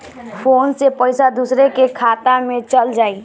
Phone से पईसा दूसरे के खाता में चल जाई?